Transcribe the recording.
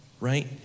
right